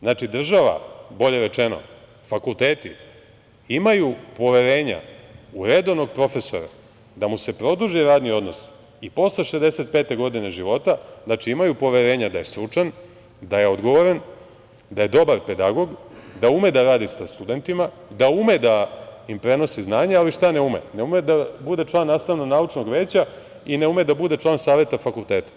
Znači, država, bolje rečeno, fakulteti imaju poverenja u redovnog profesora da mu se produži radni odnos i posle 65 godine života, imaju poverenja da je stručan, da je odgovoran, da je dobar pedagog, da ume da radi sa studentima, da ume da im prenosi znanja, ali šta ne ume, ne ume da bude član nastavno-naučnog veća i ne ume da bude član Saveta fakulteta.